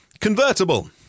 convertible